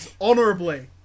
honourably